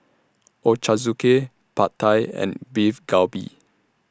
Ochazuke Pad Thai and Beef Galbi